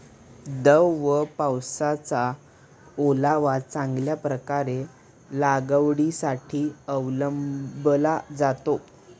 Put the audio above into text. दव व पावसाचा ओलावा चांगल्या प्रकारे लागवडीसाठी अवलंबला जातो